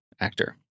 actor